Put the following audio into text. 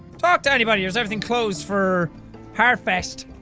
talk to anybody? or is everything closed for harfest?